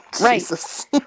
right